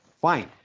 Fine